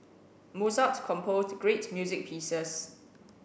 Mozart composed great music pieces